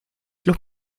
los